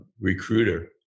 recruiter